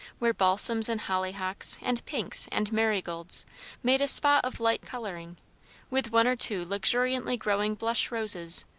where balsams and hollyhocks and pinks and marigolds made a spot of light colouring with one or two luxuriantly-growing blush roses,